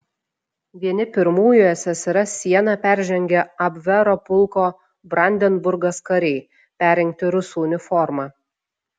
vieni pirmųjų ssrs sieną peržengė abvero pulko brandenburgas kariai perrengti rusų uniforma